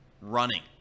running